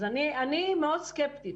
אז אני מאוד סקפטית.